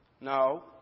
No